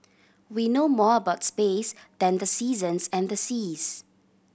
we know more about space than the seasons and the seas